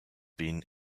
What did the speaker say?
been